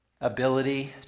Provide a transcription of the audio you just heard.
ability